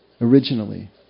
originally